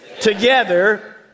together